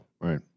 Right